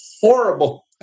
horrible